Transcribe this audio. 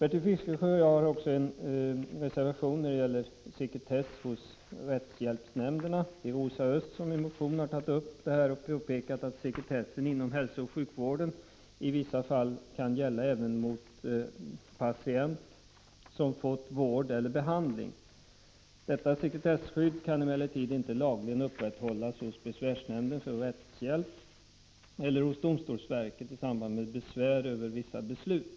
Bertil Fiskesjö och jag har också en reservation när det gäller sekretessen hos rättshjälpsnämnderna. Rosa Östh har i en motion påpekat att sekretessen inom hälsooch sjukvården i vissa fall kan gälla även mot patient som fått vård eller behandling. Detta sekretesskydd kan emellertid inte lagligen upprätthållas hos besvärsnämnden för rättshjälp eller hos domstolsverket i samband med besvär över vissa beslut.